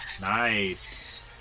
Nice